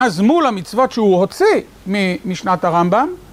אז מול המצוות שהוא הוציא ממשנת הרמב״ם..